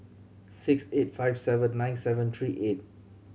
six eight five seven nine seven three eight